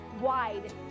wide